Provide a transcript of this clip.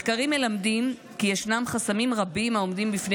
מחקרים מלמדים כי ישנם חסמים רבים העומדים בפני